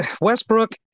Westbrook